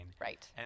Right